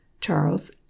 charles